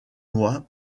loi